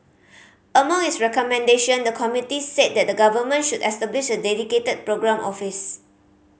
among its recommendation the committee said the Government should establish a dedicated programme office